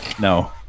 No